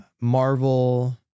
Marvel